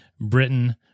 Britain